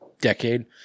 decade